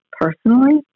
personally